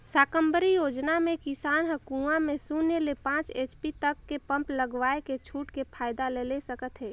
साकम्बरी योजना मे किसान हर कुंवा में सून्य ले पाँच एच.पी तक के पम्प लगवायके छूट के फायदा ला ले सकत है